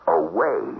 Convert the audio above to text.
away